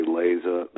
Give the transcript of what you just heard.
laser